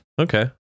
Okay